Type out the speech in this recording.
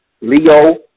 Leo